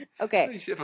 Okay